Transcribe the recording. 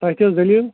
تۄہہِ کیٛاہ حظ دلیٖل